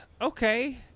okay